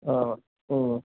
ஆ ம்